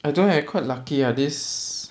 I don't have quite lucky ah this